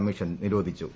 commission നിരോധിച്ചു